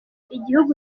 igihugu